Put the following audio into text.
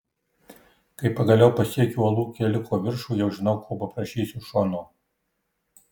kai pagaliau pasiekiu uolų keliuko viršų jau žinau ko paprašysiu šono